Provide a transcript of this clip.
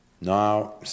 Now